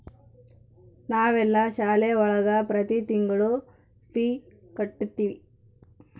ನಾವೆಲ್ಲ ಶಾಲೆ ಒಳಗ ಪ್ರತಿ ತಿಂಗಳು ಫೀ ಕಟ್ಟುತಿವಿ